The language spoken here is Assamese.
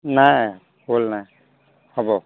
নাই কল নাই হ'ব